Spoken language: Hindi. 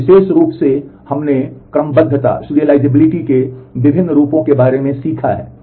और विशेष रूप से हमने क्रमबद्धता के विभिन्न रूपों के बारे में सीखा है